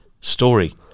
story